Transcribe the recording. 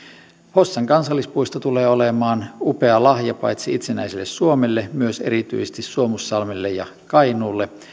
hossan kansallispuisto tulee olemaan upea lahja paitsi itsenäiselle suomelle myös erityisesti suomussalmelle ja kainuulle